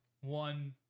one